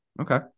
Okay